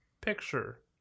picture